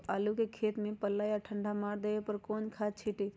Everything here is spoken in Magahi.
आलू के खेत में पल्ला या ठंडा मार देवे पर कौन खाद छींटी?